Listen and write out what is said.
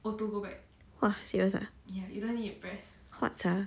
!wah! serious ah what sia